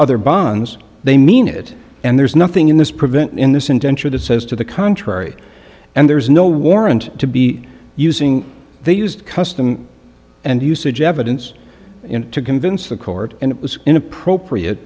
other bonds they mean it and there's nothing in this prevent in this indenture that says to the contrary and there's no warrant to be using they used custom and usage evidence to convince the court and it was inappropriate